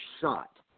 shot